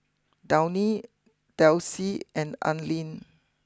Downy Delsey and Anlene